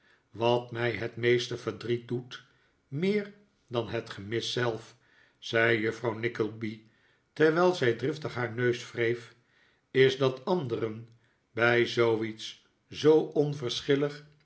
wat mij het meeste verdriet doet meer dan het gemis zelf zei juffrouw nickleby terwijl zij driftig haar neus wreef is dat anderen bij zooiets zoo